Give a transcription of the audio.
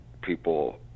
people